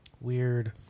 Weird